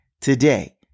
Today